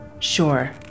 Sure